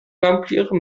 vampire